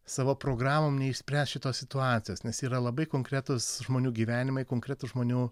savo programom neišspręs šitos situacijos nes yra labai konkretūs žmonių gyvenimai konkretūs žmonių